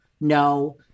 no